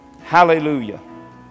Hallelujah